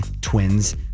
Twins